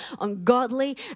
ungodly